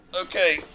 Okay